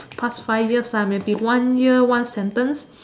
past five years ah maybe one year one sentence